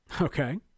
Okay